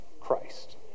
Christ